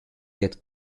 yet